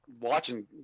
watching